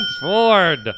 Ford